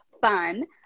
fun